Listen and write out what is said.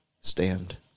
stand